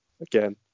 again